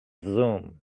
zoom